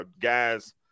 guys